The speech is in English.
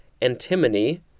antimony